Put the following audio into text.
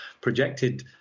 projected